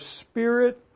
spirit